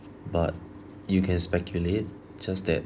but you can speculate just that